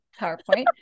PowerPoint